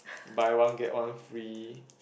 buy one get one free